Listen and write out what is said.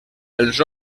els